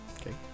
Okay